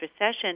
recession